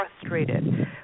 frustrated